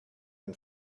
and